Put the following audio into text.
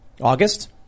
August